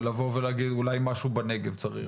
ולבוא ולהגיד אולי משהו בנגב צריך?